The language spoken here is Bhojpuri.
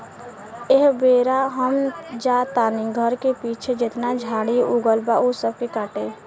एह बेरा हम जा तानी घर के पीछे जेतना झाड़ी उगल बा ऊ सब के काटे